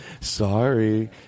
Sorry